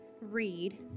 read